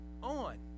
on